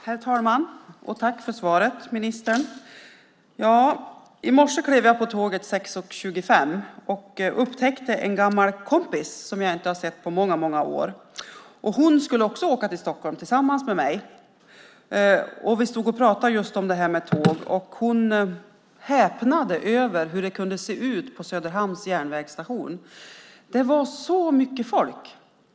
Herr talman! Jag tackar ministern för svaret. I morse klev jag på tåget kl. 06.25 och upptäckte en gammal kompis som jag inte har sett på många år. Hon skulle också åka till Stockholm. Vi stod och pratade om tåg. Hon häpnade över hur det kunde se ut på Söderhamns järnvägsstation. Det var så mycket folk.